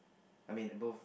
I mean it both